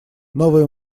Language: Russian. новые